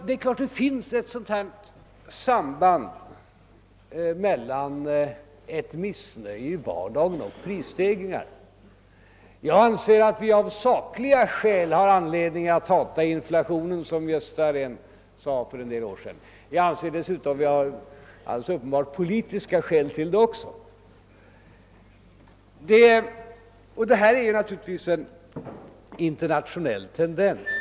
Det är klart att det finns ett samband mellan valutgången och missnöjet i vardagen mot prisstegringarna. Jag anser att vi av sakliga skäl har anledning att hata inflationen som herr Rehn sade för en del år sedan. Jag anser, helt uppen bart, att vi har politiska skäl till detta också. Det är här fråga om en internationell tendens.